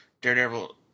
Daredevil